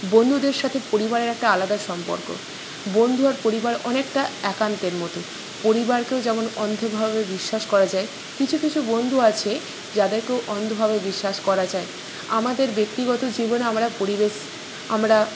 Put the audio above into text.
বন্ধুদের সাথে পরিবারের একটা আলাদা সম্পর্ক বন্ধু আর পরিবার অনেকটা একান্তের মতো পরিবারকেও যেমন অন্ধভাবে বিশ্বাস করা যায় কিছু কিছু বন্ধু আছে যাদেরকেও অন্ধভাবে বিশ্বাস করা যায় আমাদের ব্যক্তিগত জীবনে আমরা পরিবেশ আমরা